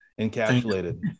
encapsulated